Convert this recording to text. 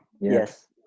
yes